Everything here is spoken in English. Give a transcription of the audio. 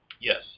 Yes